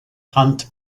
hunt